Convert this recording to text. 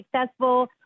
successful